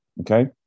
okay